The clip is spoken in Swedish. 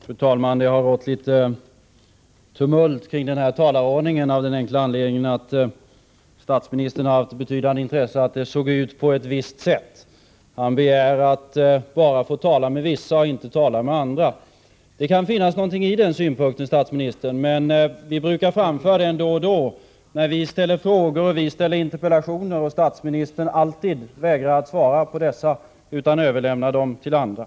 Fru talman! Det har rått litet tumult kring talarordningen av den enkla anledningen att statsministern har haft ett betydande intresse av att den såg ut på ett visst sätt. Han begär att bara få tala med vissa — och inte med andra. Det kan ligga någonting i den synpunkten, statsministern, och vi brukar framföra den då och då när vi ställer frågor och interpellationer och statsministern alltid vägrar att svara på dessa och i stället överlämnar dem till andra.